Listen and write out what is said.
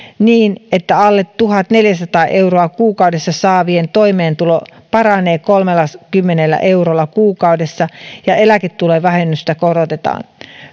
niin että alle tuhatneljäsataa euroa kuukaudessa saavien toimeentulo paranee kolmellakymmenellä eurolla kuukaudessa ja eläketulovähennystä korotetaan